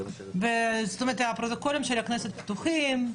הפרוטוקולים של הכנסת פתוחים,